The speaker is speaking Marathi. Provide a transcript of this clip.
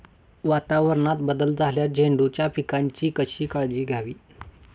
वातावरणात बदल झाल्यास झेंडूच्या पिकाची कशी काळजी घ्यावी?